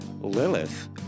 Lilith